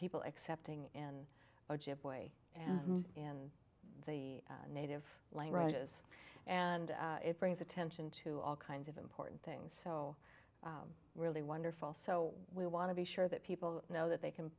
people accepting and ojibwe and and the native languages and it brings attention to all kinds of important things so really wonderful so we want to be sure that people know that they can